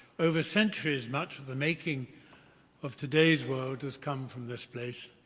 over centuries, much of the making of today's world has come from this place.